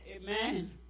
Amen